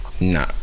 Nah